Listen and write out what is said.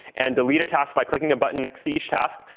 and delete tasks by clicking a button next to each task.